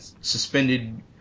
suspended